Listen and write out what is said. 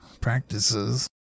practices